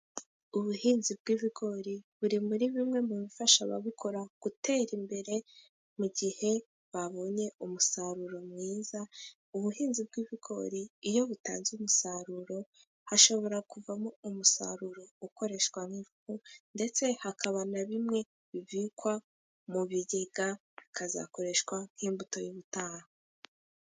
Ubuhinzi bw'ibigori buri muri bimwe mu bifasha ababikora gutera imbere, mu gihe babonye umusaruro mwiza, ubuhinzi bw'ibigori iyo butanze umusaruro, hashobora kuvamo umusaruro ukoreshwa nk'ifu, ndetse hakaba na bimwe bihunikwa mu bigega bikazakoreshwa nk'imbuto y'ubutaha.